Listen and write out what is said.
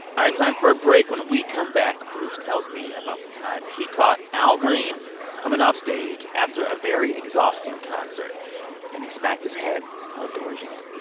time for a break. when we come back, bruce tells me about the time he caught al green coming offstage after a very exhausting concert and he smacked his head on a doorjamb.